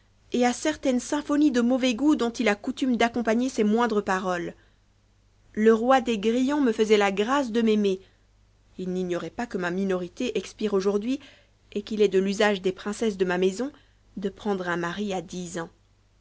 et à certaine symphonie de mauvais goût dont it a coutume d'accompagner ses moindres paroles le roi des grillons me faisait la grâce de m'aimer il n'ignorait pas que ma minorité expire aujourd'hui et qu'il est de l'usage des princesses de ma maison de prendre un mari a dix ans